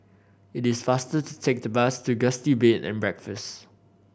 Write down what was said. it is faster to take the bus to Gusti Bed and Breakfast